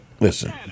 Listen